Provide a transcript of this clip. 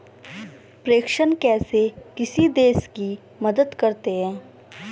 प्रेषण कैसे किसी देश की मदद करते हैं?